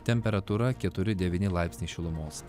temperatūra keturi devyni laipsniai šilumos